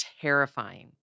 terrifying